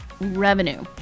revenue